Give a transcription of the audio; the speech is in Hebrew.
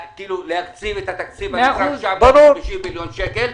להקציב את התקציב הנדרש עכשיו של 950 מיליון שקל.